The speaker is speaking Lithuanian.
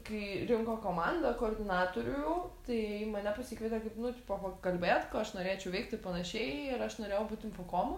kai rinko komandą koordinatorių tai mane pasikvietė kaip nu tipo pakalbėt ko aš norėčiau veikt ir panašiai ir aš norėjau būt infokomu